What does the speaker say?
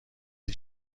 این